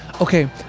Okay